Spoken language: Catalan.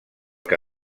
que